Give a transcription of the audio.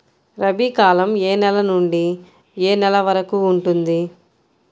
రబీ కాలం ఏ నెల నుండి ఏ నెల వరకు ఉంటుంది?